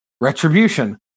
Retribution